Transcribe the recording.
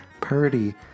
Purdy